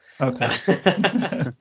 Okay